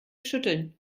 schütteln